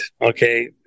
okay